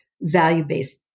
value-based